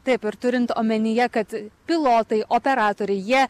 taip ir turint omenyje kad pilotai operatoriai jie